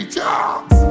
jobs